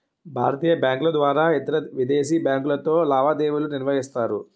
భారతీయ బ్యాంకుల ద్వారా ఇతరవిదేశీ బ్యాంకులతో లావాదేవీలు నిర్వహిస్తారు